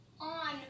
on